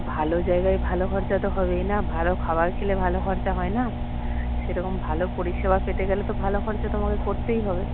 ভালো জায়গায় ভালো খরচা তো হবেই না ভালো খাবার খেলে ভালো খরচা হয় না সেরকম ভালো পরিষেবা পেতে গেলে তো ভালো খরচা তোমাকে করতেই হবে